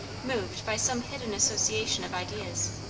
moved by some hidden association of ideas.